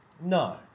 No